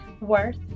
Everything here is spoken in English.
worth